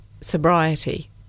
sobriety